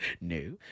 no